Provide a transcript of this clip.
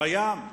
בים?